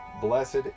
Blessed